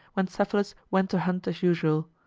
when cephalus went to hunt as usual.